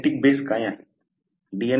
genetic base काय आहे